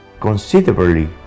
considerably